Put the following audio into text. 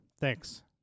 Thanks